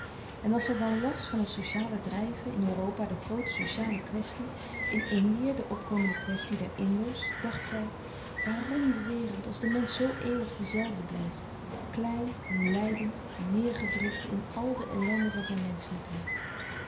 en als zij dan las van het sociale drijven in europa de groote sociale kwestie in indië de opkomende kwesties der indo's dacht zij waarom de wereld als de mensch zoo eeuwig de zelfde blijft klein en lijdend en neêrgedrukt in al de ellende van zijn menschelijkheid